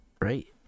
right